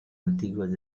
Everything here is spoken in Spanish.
antiguas